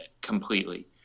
completely